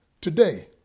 today